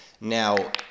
Now